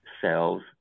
cells